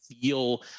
feel